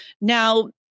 Now